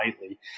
lightly